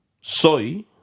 soy